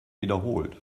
wiederholt